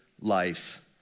life